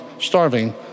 starving